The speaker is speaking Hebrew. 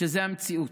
שזו המציאות.